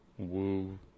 woo